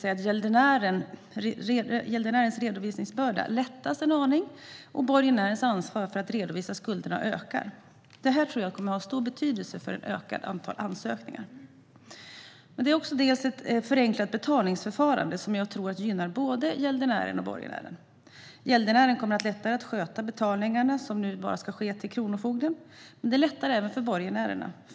Gäldenärens redovisningsbörda lättas en aning, och borgenärens ansvar för att redovisa skulderna ökar. Det kommer att ha stor betydelse för ett ökat antal ansökningar. Det handlar också om ett förenklat betalningsförfarande, som jag tror gynnar både gäldenären och borgenären. Gäldenären kommer att ha lättare att sköta betalningarna, som nu bara sker till kronofogden, och det blir lättare även för borgenärerna.